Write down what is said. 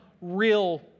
real